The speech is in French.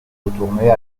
retournait